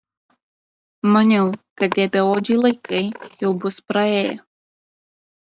maniau kad tie beodžiai laikai jau bus praėję